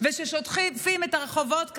וששוטפים את הרחובות כרגע: